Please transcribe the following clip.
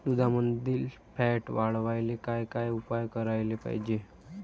दुधामंदील फॅट वाढवायले काय काय उपाय करायले पाहिजे?